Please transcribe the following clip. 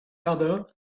other